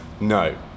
No